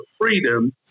freedom